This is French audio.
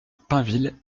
pinville